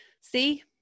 see